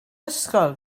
ysgol